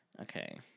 Okay